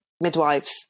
midwives